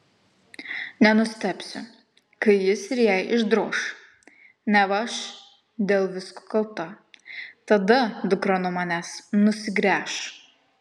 nenustebsiu kai jis ir jai išdroš neva aš dėl visko kalta tada dukra nuo manęs nusigręš